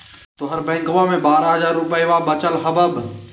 तोहर बैंकवा मे बारह हज़ार रूपयवा वचल हवब